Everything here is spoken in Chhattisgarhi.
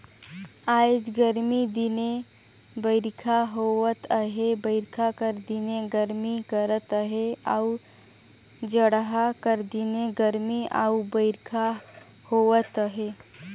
आएज गरमी दिने बरिखा होवत अहे बरिखा कर दिने गरमी करत अहे अउ जड़हा कर दिने गरमी अउ बरिखा होवत अहे